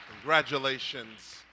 congratulations